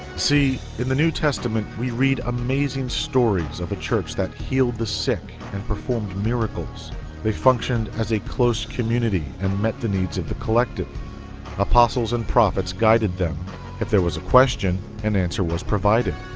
see in the new testament we read amazing stories of the church that healed the sick and performed miracles they functioned as a closed community, and met the needs of the collective apostles and prophets guided them if there was a question an answer was provided.